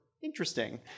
Interesting